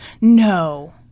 No